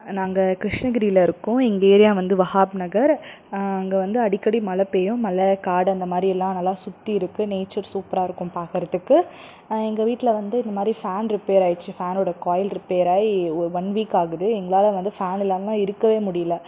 நாங்கள் கிருஷ்ணகிரியில் இருக்கோம் எங்கள் ஏரியா வந்து வஹாப் நகர் அங்கே வந்து அடிக்கடி மழை பெய்யும் மழை காடு அந்தமாதிரியெல்லாம் நல்லா சுத்தி இருக்குது நேச்சர் சூப்பராக இருக்கும் பார்க்கறத்துக்கு எங்கள் வீட்டில் வந்து இந்தமாதிரி ஃபேன் ரிப்பேர் ஆகிடுச்சு ஃபேன்னோட காயில் ரிப்பேராகி ஒரு ஒன் வீக் ஆகுது எங்களால் வந்து ஃபேன் இல்லாமலாம் இருக்கவே முடியல